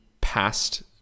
past